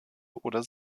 oder